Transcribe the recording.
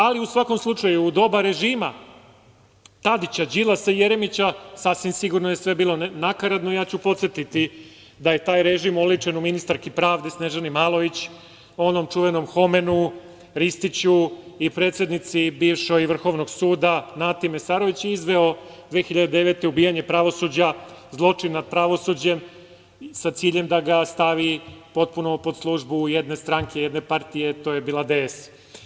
Ali, u svakom slučaju u doba režima Tadića, Đilasa i Jeremića sasvim sigurno je sve bilo nakaradno i ja ću podsetiti da je taj režim oličen u ministarki pravde Snežani Malović, onom čuvenom Homenu, Ristiću i predsednici bivšoj Vrhovnog suda Nati Mesarović i izveo 2009. ubijanje pravosuđa, zločin nad pravosuđem sa ciljem da ga stavi potpuno pod službu jedne stranke, jedne partije, to je bila DS.